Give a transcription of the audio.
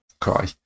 cry